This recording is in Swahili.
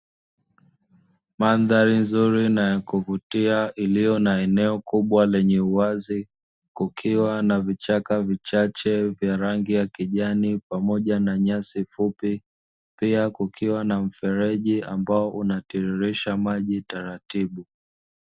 Mandhari nzuri na ya kuvutia, iliyo na eneo kubwa lenye uwazi, kukiwa na vichaka vichache vya rangi ya kijani pamoja na nyasi fupi, pia kukiwa na mfereji ambao unatiririsha maji taratibu.